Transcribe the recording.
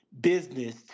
business